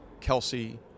Kelsey